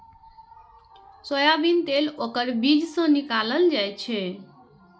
soybean तेल ओकर बीज सं निकालल जाइ छै